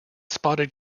spotted